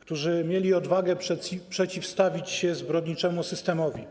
którzy mieli odwagę przeciwstawić się zbrodniczemu systemowi